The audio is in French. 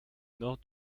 nord